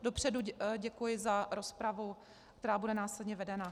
Dopředu děkuji za rozpravu, která bude následně vedena.